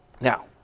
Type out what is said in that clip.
Now